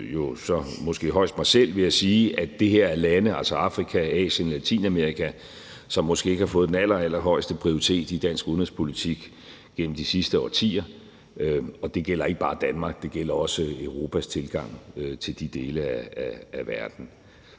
måske højst mig selv, ved at sige, at det her er lande, altså i Afrika, Asien, Latinamerika, som måske ikke har fået den allerallerhøjeste prioritet i dansk udenrigspolitik gennem de sidste årtier, og det gælder ikke bare Danmark – men det gælder også Europas tilgang til de dele af verden.